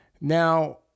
Now